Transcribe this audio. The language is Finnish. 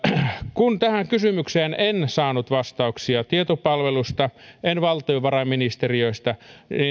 kun tähän kysymykseen en saanut vastauksia tietopalvelusta en valtiovarainministeriöstä niin